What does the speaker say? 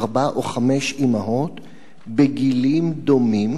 ארבע או חמש אמהות בגילים דומים.